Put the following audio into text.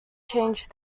changed